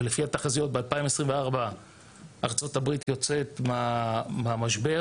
ולפי התחזיות ב-2024 ארה"ב יוצאת מהמשבר,